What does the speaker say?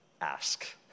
ask